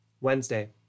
Wednesday